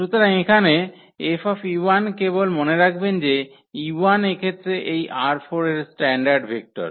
সুতরাং এখানে 𝐹 কেবল মনে রাখবেন যে e1 এক্ষেত্রে এই ℝ4 এর স্ট্যান্ডার্ড ভেক্টর